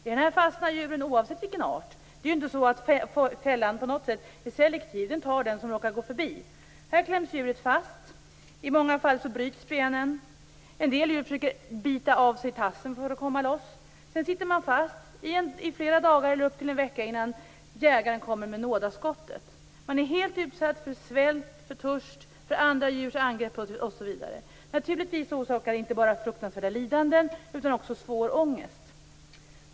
I denna fälla fastnar djur oavsett vilken art det är fråga om. Fällan är inte på något sätt selektiv. Det djur som råkar gå förbi fastnar där. Djuret kläms fast. I många fall bryts benen. En del djur försöker att bita av sig tassen för att komma loss. Sedan kan djuret sitta fast i flera dagar upp till en vecka innan jägaren kommer och avlossar nådaskottet. Djuret är utsatt för svält, törst och andra djurs angrepp. Naturligtvis innebär det inte bara fruktansvärda lidanden utan också svår ångest.